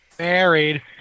Married